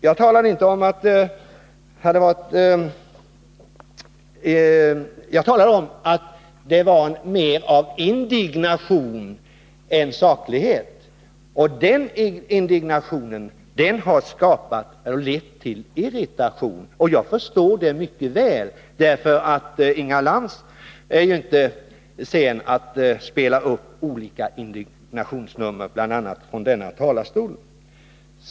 Jag sade, Inga Lantz, att det var mer av indignation än av saklighet i debatten. Och den indignationen harlett till irritation. Det förstår jag mycket väl, därför att Inga Lantz ju inte är sen att spela upp indignationsnummer, bl.a. från denna talarstol.